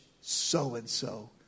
so-and-so